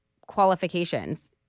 qualifications